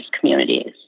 communities